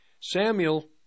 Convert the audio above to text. Samuel